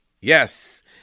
yes